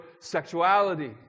sexuality